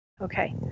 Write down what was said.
Okay